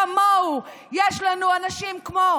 כמוהו יש לנו אנשים כמו